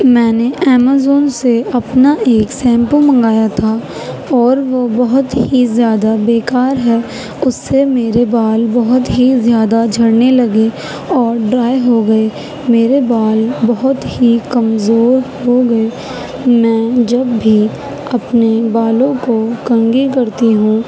میں نے ایمیزون سے اپنا ایک شیمپو منگایا تھا اور وہ بہت ہی زیادہ بیکار ہے اس سے میرے بال بہت ہی زیادہ جھڑنے لگے اور ڈرائی ہو گئے میرے بال بہت ہی کمزور ہو گئے میں جب بھی اپنے بالوں کو کنگھی کرتی ہوں